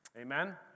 Amen